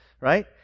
right